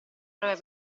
propria